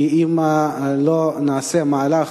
כי אם לא נעשה מהלך,